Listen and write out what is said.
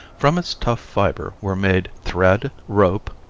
from its tough fiber were made thread, rope,